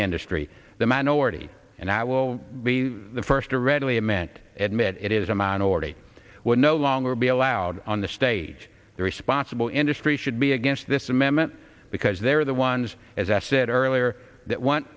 the industry the minority and i will be the first to readily admit admit it is a minority would no longer be allowed on the stage the responsible industry should be against this amendment because they're the ones as i said earlier that want